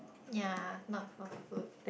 ya not for food